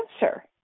answer